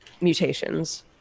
mutations